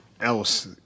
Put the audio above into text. else